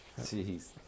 Jeez